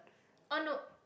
oh no